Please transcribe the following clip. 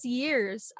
years